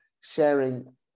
sharing